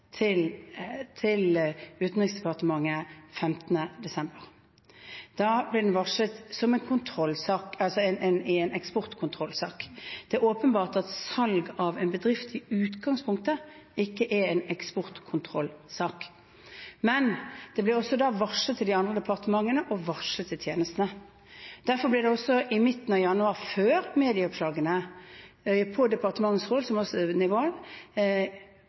til Utenriksdepartementet 15. desember. Da ble den varslet som en eksportkontrollsak. Det er åpenbart at salg av en bedrift i utgangspunktet ikke er en eksportkontrollsak, men det ble også da varslet til de andre departementene og varslet til tjenestene. Derfor ble det også i midten av januar, før medieoppslagene, på